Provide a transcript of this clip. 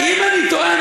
אם אני טועה,